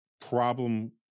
problem